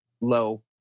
low